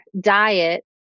diet